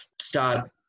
start